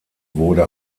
wurde